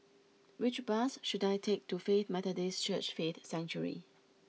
which bus should I take to Faith Methodist Church Faith Sanctuary